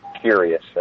Curious